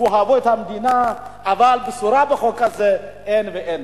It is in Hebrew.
תאהבו את המדינה, אבל בשורה בחוק הזה אין ואין.